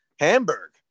Hamburg